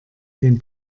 den